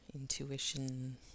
intuition